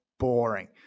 boring